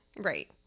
Right